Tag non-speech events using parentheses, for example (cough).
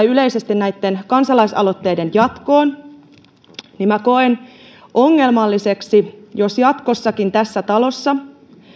(unintelligible) yleisesti näitten kansalaisaloitteiden jatkoon minä koen ongelmalliseksi jos jatkossakin tässä talossa